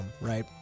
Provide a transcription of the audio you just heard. Right